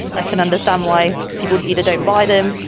i can understand why people either don't buy them.